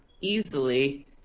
easily